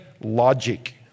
logic